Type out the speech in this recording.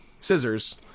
scissors